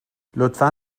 لطفا